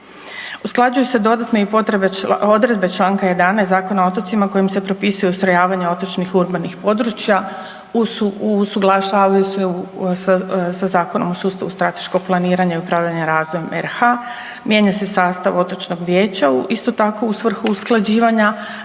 Usklađuju se dodatno i odredbe čl. 11. Zakona o otocima kojim se propisuje ustrojavanje otočnih urbanih područja, usuglašavaju sa Zakonom o sustavu strateškog planiranja i upravljanja razvojem RH, mijenja se sastav otočnog vijeća isto tako u svrhu usklađivanja